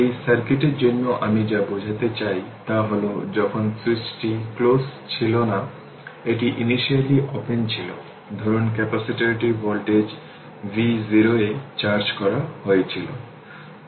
এই সার্কিটের জন্য আমি যা বোঝাতে চাই তা হল যখন সুইচটি ক্লোজ ছিল না এটি ইনিশিয়াললি ওপেন ছিল ধরুন ক্যাপাসিটরটি ভোল্টেজ v0 এ চার্জ করা হয়েছিল